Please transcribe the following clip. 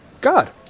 God